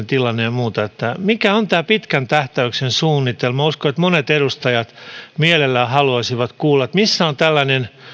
tilanne ja muuta mikä on tämä pitkän tähtäyksen suunnitelma uskon että monet edustajat mielellään haluaisivat kuulla missä on tällainen